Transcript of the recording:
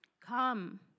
come